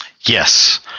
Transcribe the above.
Yes